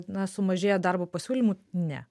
na sumažėja darbo pasiūlymų ne